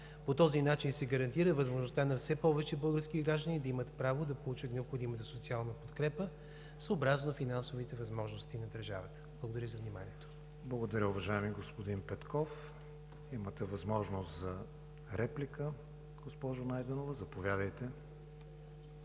По този начин се гарантира възможността на все повече български граждани да имат право да получат необходимата социална подкрепа съобразно финансовите възможности на държавата. Благодаря за вниманието. ПРЕДСЕДАТЕЛ КРИСТИАН ВИГЕНИН: Благодаря, уважаеми господин Петков. Имате възможност за реплика, госпожо Ангелова, заповядайте.